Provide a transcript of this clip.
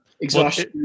Exhaustion